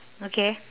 okay